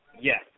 Yes